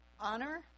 honor